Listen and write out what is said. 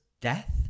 death